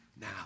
now